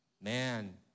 Man